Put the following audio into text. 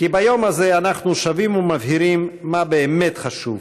כי ביום הזה אנחנו שבים ומבהירים מה באמת חשוב: